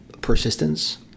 persistence